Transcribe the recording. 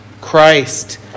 Christ